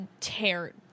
tear